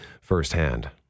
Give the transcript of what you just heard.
firsthand